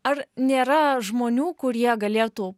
ar nėra žmonių kurie galėtų